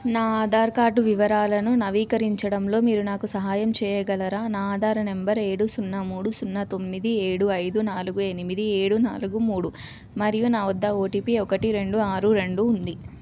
నా ఆధార్ కార్డు వివరాలను నవీకరించడంలో మీరు నాకు సహాయం చేయగలరా నా ఆధార్ నంబర్ ఏడు సున్నా మూడు సున్నా తొమ్మిది ఏడు ఐదు నాలుగు ఎనిమిది ఏడు నాలుగు మూడు మరియు నా వద్ద ఓటీపీ ఒకటి రెండు ఆరు రెండు ఉంది